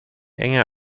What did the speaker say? enge